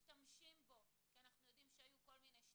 משתמשים בו כי אנחנו יודעים שהיו כל מיני שטיקים,